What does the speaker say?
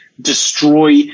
destroy